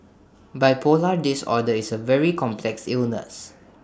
bipolar disorder is A very complex illness